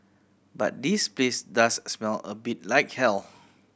but this place does smell a bit like hell